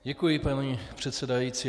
Děkuji, paní předsedající.